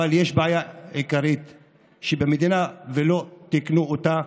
אבל יש בעיה עיקרית במדינה, ולא תיקנו אותה,